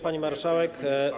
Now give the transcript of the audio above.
Pani Marszałek!